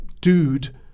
dude